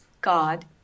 God